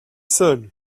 seul